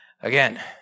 Again